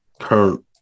current